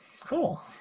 cool